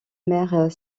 mère